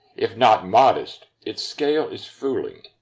if not modest, its scale is fooling.